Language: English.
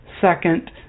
second